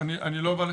אני לא בא לחרטט.